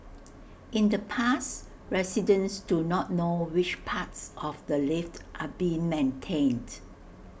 in the past residents do not know which parts of the lift are being maintained